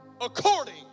according